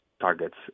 targets